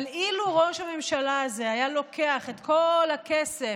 אבל אילו ראש הממשלה הזה היה לוקח את כל הכסף